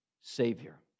Savior